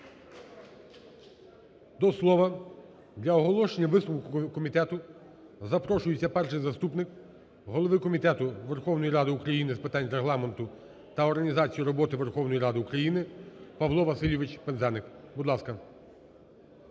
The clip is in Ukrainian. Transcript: До слова для оголошення висновку комітету запрошується перший заступник голови Комітету Верховної Ради України з питань Регламенту та організації роботи Верховної Ради України Павло Васильович Пинзеник. Будь ласка.